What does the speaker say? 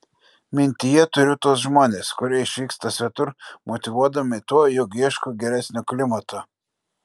mintyje turiu tuos žmones kurie išvyksta svetur motyvuodami tuo jog ieško geresnio klimato